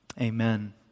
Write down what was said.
Amen